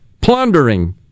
plundering